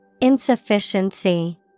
Insufficiency